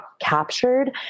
captured